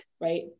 Right